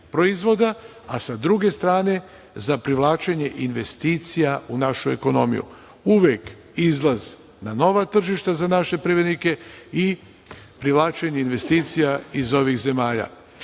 a sa druge strane za privlačenje investicija u našu ekonomiju, uvek izlaz na nova tržišta za naše privrednike i privlačenje investicija iz ovih zemalja. Takođe,